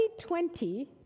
2020